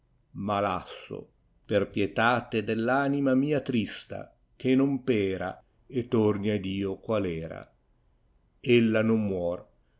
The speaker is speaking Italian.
lasso per pietà te deir anima mia trista che non pera e torni a dio qua era ella non muor